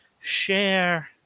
share